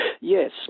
Yes